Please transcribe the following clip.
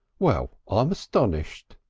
well, i'm astonished!